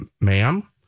ma'am